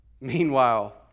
meanwhile